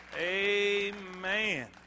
Amen